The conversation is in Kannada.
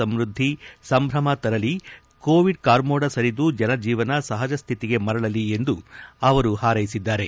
ಸಮೃದ್ಧಿ ಸಂಭ್ರಮ ತರಲಿ ಕೋವಿಡ್ ಕಾರ್ಮೋಡ ಸರಿದು ಜನಜೀವನ ಸಹಜ ಸ್ಥಿತಿಗೆ ಮರಳಲಿ ಎಂದು ಅವರು ಹಾರ್ಲೆಸಿದ್ದಾರೆ